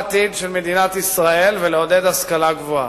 מדינת ישראל, ולעודד השכלה גבוהה.